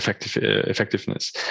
effectiveness